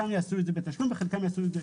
שבו יומם ולילה, סיימו את זה.